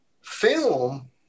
film